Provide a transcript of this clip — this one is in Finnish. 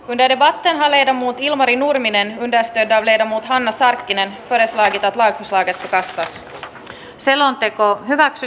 niiden ymmärtämälle ne muut ilmari nurminen mäntästä ja leena mut hanna sarkkinen vesa edita taide raskas lakiehdotus hylätään